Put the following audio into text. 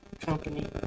company